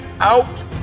out